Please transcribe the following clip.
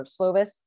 Slovis